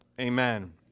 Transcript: amen